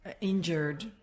injured